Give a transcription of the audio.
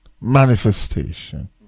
manifestation